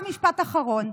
עכשיו משפט אחרון.